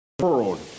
world